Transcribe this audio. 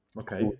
okay